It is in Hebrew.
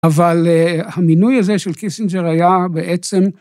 אבל המינוי הזה של קיסינג'ר היה בעצם